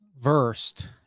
versed